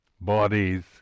bodies